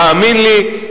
תאמין לי,